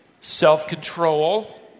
self-control